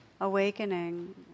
awakening